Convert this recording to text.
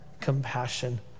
compassion